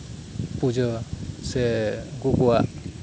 ᱯᱩᱡᱟᱹ ᱥᱮ ᱩᱱᱠᱩ ᱠᱩᱣᱟᱜ